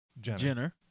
jenner